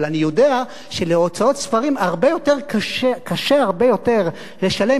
אבל אני יודע שלהוצאות ספרים קשה הרבה יותר לשלם